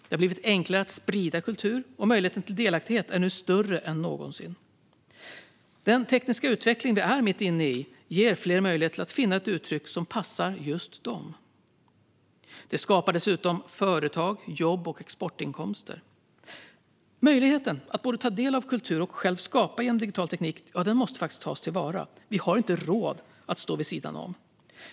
Det har blivit enklare att sprida kultur, och möjligheten till delaktighet är nu större än någonsin. Den tekniska utveckling vi är mitt inne i ger fler möjlighet att finna ett uttryck som passar just dem. Det skapar dessutom företag, jobb och exportinkomster. Möjligheten att både ta del av kultur och själv skapa genom digital teknik måste tas till vara. Vi har inte råd att stå vid sidan om.